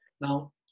Now